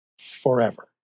forever